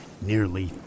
nearly